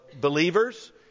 believers